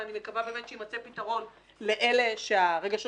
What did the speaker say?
ואני מקווה שיימצא פתרון לאלה שהרגשות